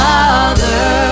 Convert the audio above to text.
Father